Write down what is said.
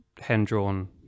hand-drawn